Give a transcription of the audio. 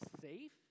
Safe